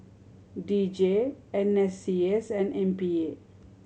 D J N S C S and M P A